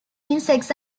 insects